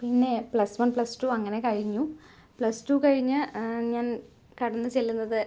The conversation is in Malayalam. പിന്നെ പ്ലസ്സ് വൺ പ്ലസ്സ് ടൂ അങ്ങനെ കഴിഞ്ഞു പ്ലസ്സ് ടൂ കഴിഞ്ഞ് ഞാൻ കടന്ന് ചെല്ലുന്നത്